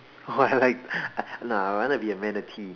or I like nah I rather be a manatee